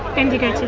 bendigo today?